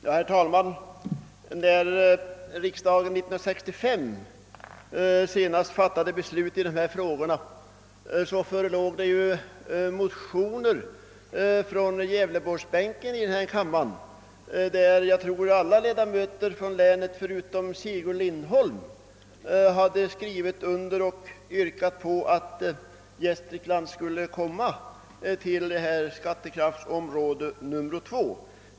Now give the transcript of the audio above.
Herr talman! När riksdagen 1965 fattade beslut i denna fråga förelåg motioner från gävleborgsbänken i denna kammare, vilka jag tror att alla ledamöter från länet utom Sigurd Lindholm skrivit under och i vilka det yrkades att hela Gävleborgs län skulle föras till skattekraftsområde 2.